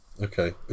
Okay